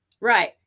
right